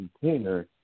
container